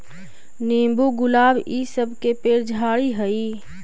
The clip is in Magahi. नींबू, गुलाब इ सब के पेड़ झाड़ि हई